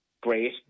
great